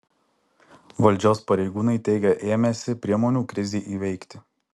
valdžios pareigūnai teigia ėmęsi priemonių krizei įveikti